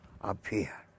appear